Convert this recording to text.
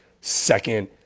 second